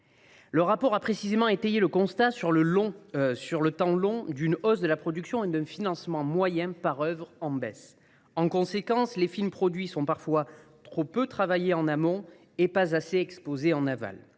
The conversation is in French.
Le rapport a précisément étayé le constat, sur le temps long, d’une hausse de la production et d’une baisse du financement moyen par œuvre. En conséquence, les films produits sont parfois trop peu travaillés en amont, et pas assez exposés en aval.